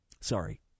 Sorry